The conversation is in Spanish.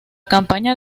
campaña